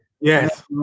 Yes